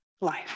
life